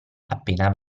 appena